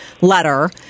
letter